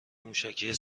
موشکی